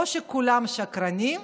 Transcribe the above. או שכולם שקרנים,